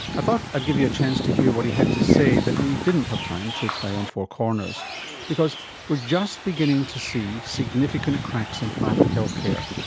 i thought i'd give you a chance to hear what he had to say that we didn't have time to play on four corners because we are just beginning to see significant cracks in private healthcare.